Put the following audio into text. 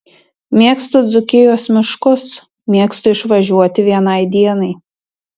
mėgstu dzūkijos miškus mėgstu išvažiuoti vienai dienai